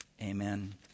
Amen